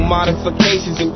Modifications